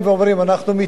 אנחנו מתנגדים,